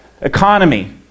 economy